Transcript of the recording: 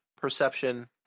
perception